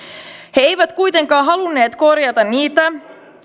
he eivät kuitenkaan halunneet korjata niitä